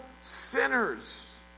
sinners